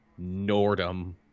nordum